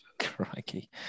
Crikey